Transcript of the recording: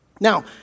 Now